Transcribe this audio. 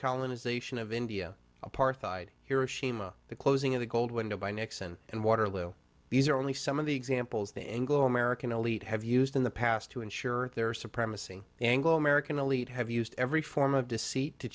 colonization of india apartheid hiroshima the closing of the gold window by nixon and waterloo these are only some of the examples the anglo american elite have used in the past to ensure their supremacy the anglo american elite have used every form of deceit to